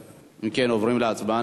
אם כן, אנחנו עוברים להצבעה.